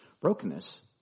brokenness